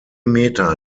meter